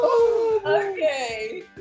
Okay